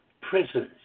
prisons